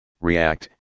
React